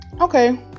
Okay